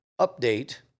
update